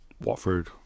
Watford